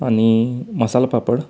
आणि मसाला पापड